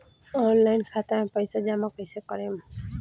Online खाता मे पईसा जमा कइसे करेम?